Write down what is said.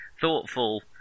thoughtful